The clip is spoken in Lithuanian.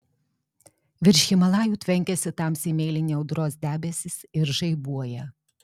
virš himalajų tvenkiasi tamsiai mėlyni audros debesys ir žaibuoja